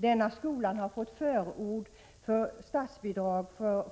Denna skola har fått förord för statsbidrag